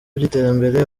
by’iterambere